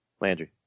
Landry